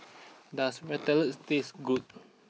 does Ratatouilles taste good